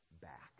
back